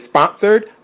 sponsored